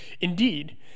Indeed